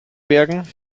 bergen